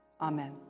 Amen